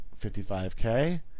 55K